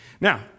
Now